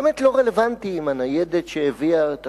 באמת לא רלוונטי אם הניידת שהביאה את